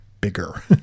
bigger